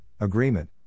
agreement